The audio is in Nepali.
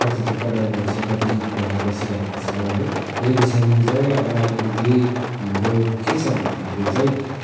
कति त पढेर बस्यो कति नपढेर बसिरहेको छ है यो विषयमा चाहिँ अब अलिकति हाम्रो के छ भन्दाखेरि चाहिँ